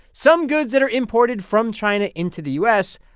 some goods that are imported from china into the u s.